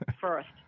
first